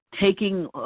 taking